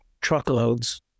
truckloads